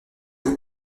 vous